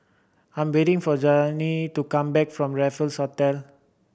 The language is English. I'm waiting for Jayne to come back from Raffles Hotel